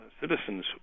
citizens